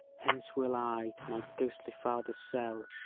hence will i to my ghostly father's cell,